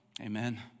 Amen